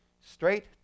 Straight